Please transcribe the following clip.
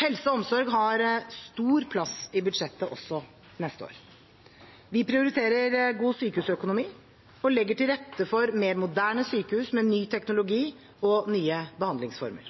Helse og omsorg har en stor plass i budsjettet også neste år. Vi prioriterer god sykehusøkonomi og legger til rette for mer moderne sykehus med ny teknologi og nye behandlingsformer.